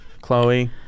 Chloe